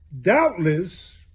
doubtless